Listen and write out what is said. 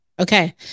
Okay